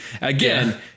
Again